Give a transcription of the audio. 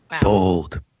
bold